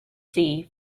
see